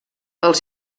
els